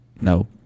No